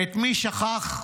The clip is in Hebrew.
ואת מי שכח?